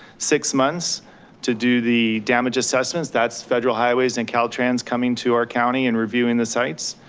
six months to do the damages assessments, that's federal highways and caltrans coming to our county and reviewing the sites,